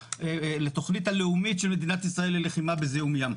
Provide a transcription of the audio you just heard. לתכנית הלאומית של מדינת ישראל ללחימה בזיהום ים.